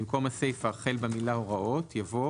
במקום הסיפה החל במילה "הוראות" יבוא